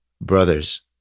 Brothers